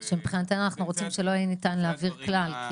שמבחינתנו אנחנו היינו רוצים שלא יהיה ניתן להעביר כלל.